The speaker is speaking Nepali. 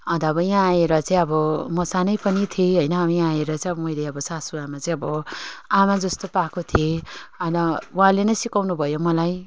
अन्त अब यहाँ आएर चाहिँ अब म सानै पनि थिएँ होइन अब यहाँ आएर चाहिँ मैले अब सासू आमा चाहिँ अब आमा जस्तो पाएको थिएँ अनि उहाँले नै सिकाउनु भयो मलाई